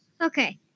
Okay